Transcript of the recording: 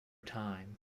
time